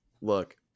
look